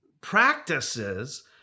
practices